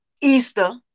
Easter